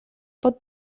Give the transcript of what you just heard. pot